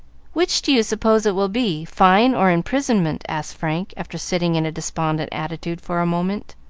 which do you suppose it will be, fine or imprisonment? asked frank, after sitting in a despondent attitude for a moment.